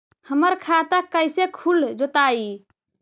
हमर खाता कैसे खुल जोताई?